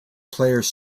players